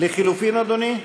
לחלופין, אדוני?